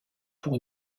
pour